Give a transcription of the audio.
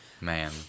Man